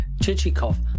chichikov